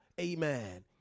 Amen